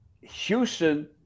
Houston